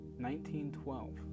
1912